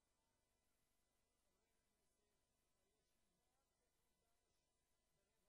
כבוד הנשיא! הישארו במקומותיכם, ואנחנו